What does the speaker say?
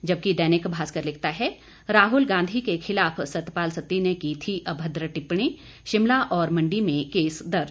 जबकि दैनिक भास्कर लिखता है राहुल गांधी के खिलाफ सतपाल सत्ती ने की थी अभद्र टिप्पणी शिमला और मंडी में केस दर्ज